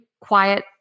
quiet